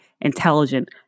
intelligent